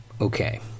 Okay